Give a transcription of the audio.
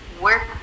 Work